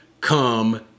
Come